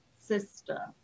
sister